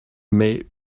mais